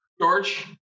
George